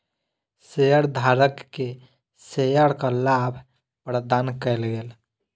शेयरधारक के शेयरक लाभ प्रदान कयल गेल